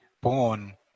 born